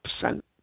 percent